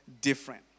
different